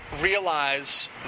realize